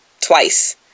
twice